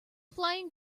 flying